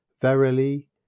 Verily